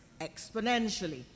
exponentially